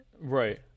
right